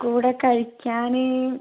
കൂടെ കഴിക്കാൻ